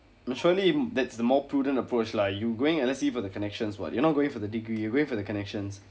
but surely that's the more prudent approach lah you going L_S_E for the connections pwhat] you're not going for the degree you're going for the connections